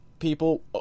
people